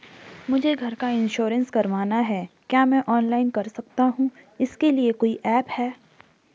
मुझे घर का इन्श्योरेंस करवाना है क्या मैं ऑनलाइन कर सकता हूँ इसके लिए कोई ऐप है?